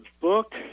book